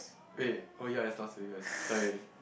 wait oh ya it's Las Vegas sorry